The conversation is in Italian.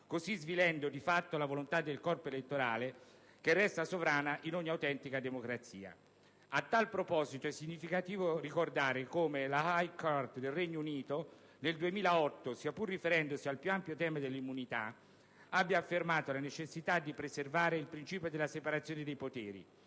così svilendo di fatto la volontà del corpo elettorale, che resta sovrana in ogni autentica democrazia. A tal proposito, è significativo ricordare come la *High Court* del Regno Unito, nel 2008, sia pur riferendosi al più ampio tema dell'immunità, abbia affermato la necessità di preservare il principio della separazione dei poteri,